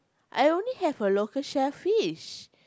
I only have a local shellfish